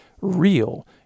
real